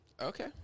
Okay